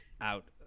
out